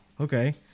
okay